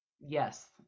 Yes